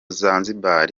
zanzibar